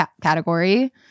category